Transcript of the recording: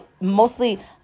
mostly